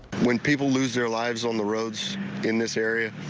when people lose their lives on the roads in this area,